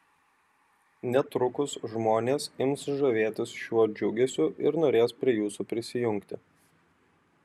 netrukus žmonės ims žavėtis šiuo džiugesiu ir norės prie jūsų prisijungti